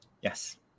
yes